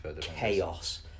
chaos